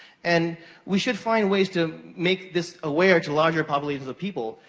and we should find ways to make this aware to larger populations of people,